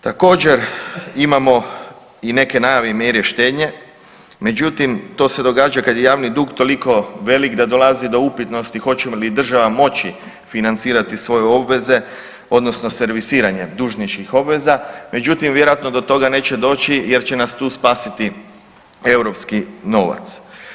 Također imamo i neke najave i mjere štednje, međutim to se događa kad je javni dug toliko velik da dolazi do upitnosti hoće li država moći financirati svoje obveze odnosno servisiranje dužnosničkih obveza, međutim vjerojatno do toga neće doći jer će nas tu spasiti europski novac.